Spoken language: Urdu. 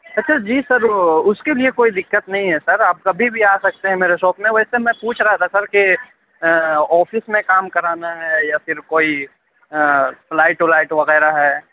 اچھا جی سر وہ اُس کے لیے کوئی دقت نہیں ہے سر آپ کبھی بھی آ سکتے ہیں میرے شاپ میں ویسے میں پوچھ رہا تھا سر کہ آفس میں کام کرانا ہے یا پھر کوئی فلائٹ ولائٹ وغیرہ ہے